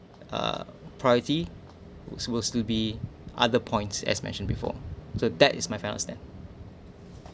uh priority was was to be other points as mentioned before so that is my point of stand